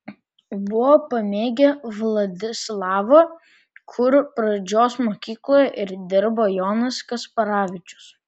buvo pamėgę vladislavą kur pradžios mokykloje ir dirbo jonas kasparavičius